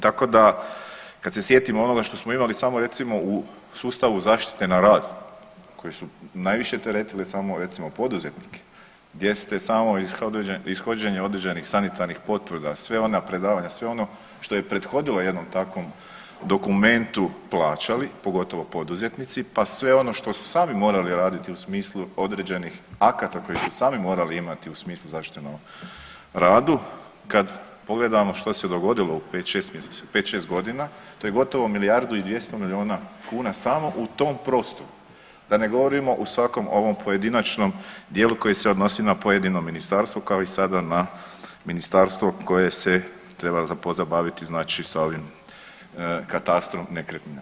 Tako da kad se sjetim onoga što smo imali samo recimo u sustavu zaštite na radu koji su najviše teretile samo recimo poduzetnike, gdje ste samo ishođenje određenih sanitarnih potvrda, sve ona predavanja, sve ono što je prethodilo jednom takvom dokumentu plaćali, pogotovo poduzetnici, pa sve ono što su sami morali raditi u smislu određenih akata koji sami morali imati u smislu zaštite na radu, kad pogledamo što se dogodilo u pet, šest godina to je gotovo milijardu i 200 milijuna kuna samo u tom prostoru, da ne govorimo u svakom ovom pojedinačnom dijelu koji se odnosi na pojedino ministarstvo kao i sada na ministarstvo koje se treba pozabaviti sa ovim katastrom nekretnina.